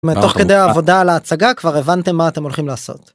תוך כדי העבודה על ההצגה כבר הבנתם מה אתם הולכים לעשות.